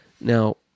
Now